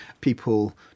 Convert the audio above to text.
People